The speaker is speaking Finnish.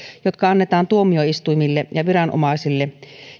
jotka annetaan tuomioistuimille ja viranomaisille